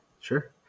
sure